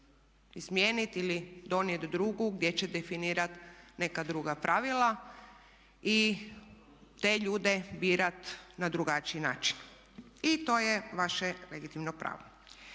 izmijeniti ili donijeti drugu gdje će definirat neka druga pravila i te ljude birat na drugačiji način. I to je vaše legitimno pravo.